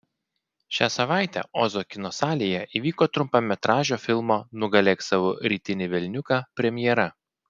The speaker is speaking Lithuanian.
šią savaitę ozo kino salėje įvyko trumpametražio filmo nugalėk savo rytinį velniuką premjera